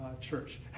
church